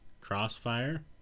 Crossfire